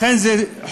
אכן זה חוק